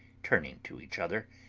turning to each other,